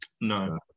No